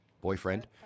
boyfriend